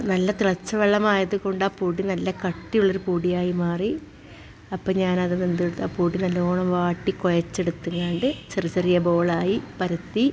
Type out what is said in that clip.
നല്ല തിളച്ച വെള്ളം ആയതുകൊണ്ട് ആ പൊടി നല്ല കട്ടിയുള്ളൊരു പൊടിയായി മാറി അപ്പോള് ഞാനതെന്തെടുത്തു ആ പൊടി നല്ലവണ്ണം വാട്ടി കുഴച്ചെടുത്തങ്ങാണ്ട് ചെറിയ ചെറിയ ബോളായി പരത്തി